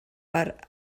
per